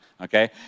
okay